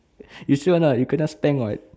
you sure or not you kena spank [what]